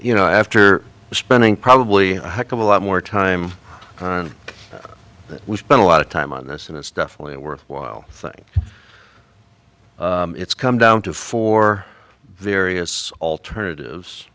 you know after spending probably of a lot more time on that we spent a lot of time on this and it's definitely a worthwhile thing it's come down to for various alternatives